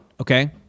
okay